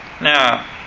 Now